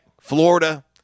Florida